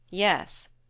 yes,